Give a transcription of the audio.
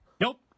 Nope